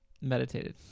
meditated